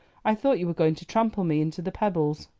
i thought you were going to trample me into the pebbles.